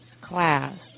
class